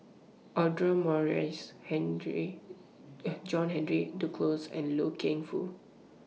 Audra Morrice John Henry Duclos and Loy Keng Foo